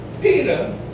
Peter